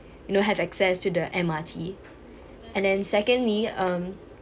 you know have access to the M_R_T and then secondly um